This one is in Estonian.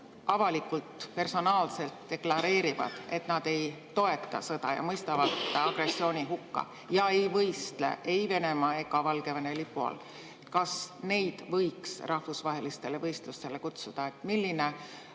avalikult personaalselt deklareerivad, et nad ei toeta sõda, mõistavad agressiooni hukka ning ei võistle ei Venemaa ega Valgevene lipu all, siis neid võiks rahvusvahelistele võistlustele kutsuda. Milline